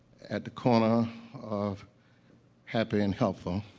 at the corner of happy and helpful,